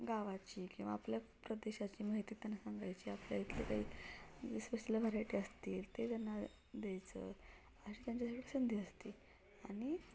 गावाची किंवा आपल्या प्रदेशाची माहिती त्यांना सांगायची आपल्या इथली काही व्हरायटी असतील ते त्यांना द्यायचं अशी त्यांच्यासाठी संधी असते आणि